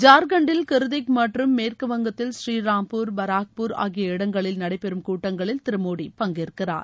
ஜார்க்கண்டில் கிரிதிக் மற்றும் மேற்குவங்கத்தில் புரீராம்பூர் பாராக்பூர் ஆகிய இடங்களில் நடைபெறும் கூட்டங்களில் திரு மோடி பங்கேற்கிறார்